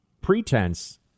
pretense